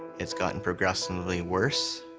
it's gotten progressively worse.